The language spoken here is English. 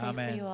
Amen